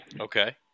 okay